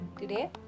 today